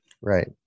right